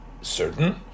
certain